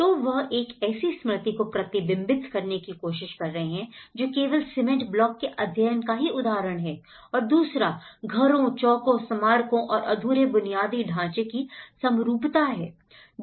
तो वह एक ऐसी स्मृति को प्रतिबिंबित करने की कोशिश कर रहे हैं जो केवल सीमेंट ब्लॉक के अध्ययन का ही उदाहरण है और दूसरा घरों चौकों स्मारकों और अधूरे बुनियादी ढाँचे की समरूपता है